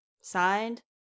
Signed